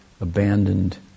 abandoned